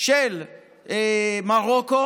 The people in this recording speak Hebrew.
של מרוקו.